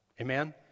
Amen